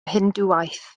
hindŵaeth